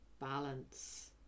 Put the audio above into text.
Balance